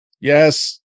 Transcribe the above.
Yes